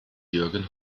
jürgen